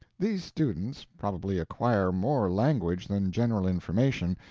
these students probably acquire more language than general information,